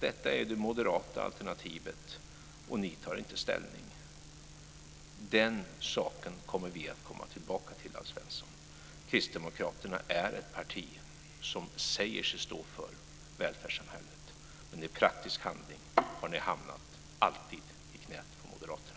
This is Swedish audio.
Det är det moderata alternativet, och ni tar inte ställning. Den saken kommer vi att komma tillbaka till, Alf Svensson. Kristdemokraterna är ett parti som säger sig stå för välfärdssamhället. Men i praktisk handling har ni alltid hamnat i knät på moderaterna.